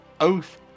oath